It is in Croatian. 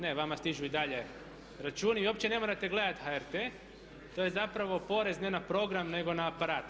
Ne, vama stižu i dalje računi i uopće ne morate gledati HRT, to je zapravo porez ne na program nego na aparat.